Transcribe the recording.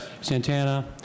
Santana